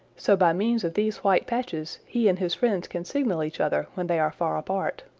so by means of these white patches he and his friends can signal each other when they are far apart.